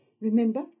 remember